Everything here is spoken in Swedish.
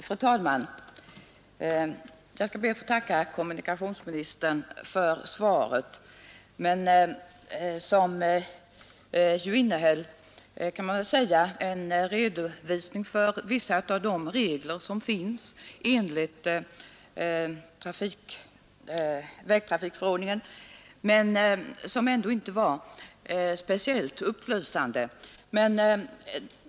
Fru talman! Jag ber att få tacka kommunikationsministern för svaret, som man väl kan säga innehöll en redovisning av vissa av de regler som finns i vägtrafikförordningen men som ändå inte var speciellt upplysande.